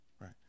Right